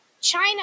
China